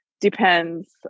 depends